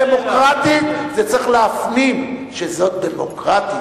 "דמוקרטית" צריך להפנים שזאת "דמוקרטית",